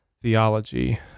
theology